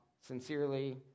sincerely